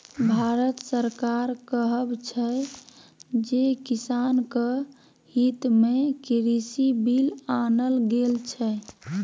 भारत सरकारक कहब छै जे किसानक हितमे कृषि बिल आनल गेल छै